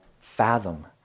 fathom